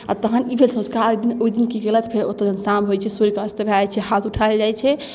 आओर तहन ई भेल सँझुका अर्घ ओहि दिन कि कएलक ओतऽ शाम होइ छै सूर्यके अस्त भऽ जाए छै हाथ उठाएल जाए छै